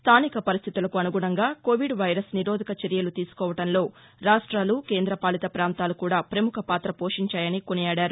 స్థానిక పరిస్థితులకు అనుగుణంగా కోవిడ్ వైరస్ నిరోధక చర్యలు తీసుకోవడంలో రాష్ట్రాలు కేంద్ర పాలిత ప్రాంతాలు కూడా ప్రముఖ పాత పోషించాయని కొనియాడారు